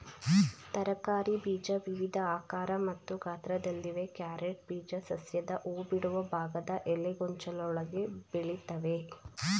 ತರಕಾರಿ ಬೀಜ ವಿವಿಧ ಆಕಾರ ಮತ್ತು ಗಾತ್ರದಲ್ಲಿವೆ ಕ್ಯಾರೆಟ್ ಬೀಜ ಸಸ್ಯದ ಹೂಬಿಡುವ ಭಾಗದ ಎಲೆಗೊಂಚಲೊಳಗೆ ಬೆಳಿತವೆ